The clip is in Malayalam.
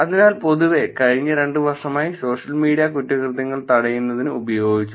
അതിനാൽ പൊതുവേ കഴിഞ്ഞ രണ്ട് വർഷമായി സോഷ്യൽ മീഡിയ കുറ്റകൃത്യങ്ങൾ തടയുന്നതിന് ഉപയോഗിച്ചു